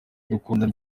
dukundana